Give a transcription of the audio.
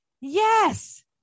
yes